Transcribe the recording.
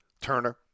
Turner